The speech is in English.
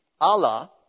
Allah